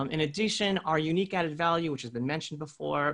יילכו לאיבוד כי שוטפים להם את המוח עם שקרים על יהודים